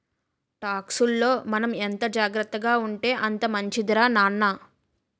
టాక్సుల్లో మనం ఎంత జాగ్రత్తగా ఉంటే అంత మంచిదిరా నాన్న